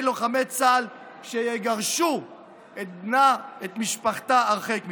לוחמי צה"ל שיגרשו את בנה ואת משפחתה הרחק מכאן.